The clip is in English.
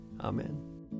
Amen